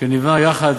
שנבנה יחד